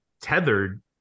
tethered